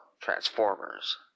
Transformers